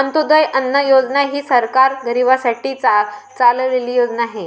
अंत्योदय अन्न योजना ही सरकार गरीबांसाठी चालवलेली योजना आहे